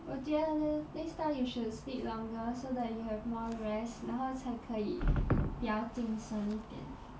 我觉得 next time you should sleep longer so that you have more rest 然后才可以比较精神一点